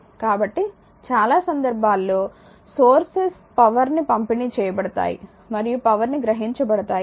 కాబట్టి చాలా సందర్భాల్లో సోర్సెస్ పవర్ ని పంపిణీ చేయబడతాయి మరియు పవర్ ని గ్రహించబడతాయి